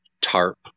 tarp